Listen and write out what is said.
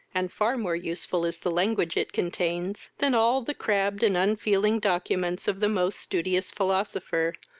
and far more useful is the language it contains than all the crabbed and unfeeling documents of the most studious philosopher,